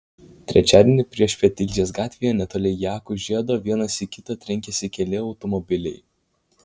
trečiadienį priešpiet tilžės gatvėje netoli jakų žiedo vienas į kitą trenkėsi keli automobiliai